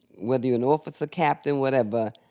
whether you're an officer, captain, whatever,